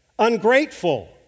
ungrateful